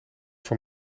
voor